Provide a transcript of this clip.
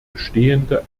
bestehende